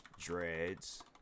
dreads